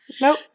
Nope